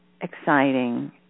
exciting